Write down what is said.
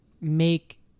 make